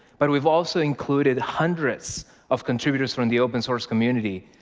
but we've also included hundreds of contributors from the open source community,